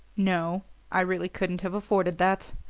no i really couldn't have afforded that.